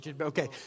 Okay